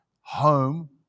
home